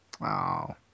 Wow